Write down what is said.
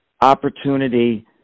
opportunity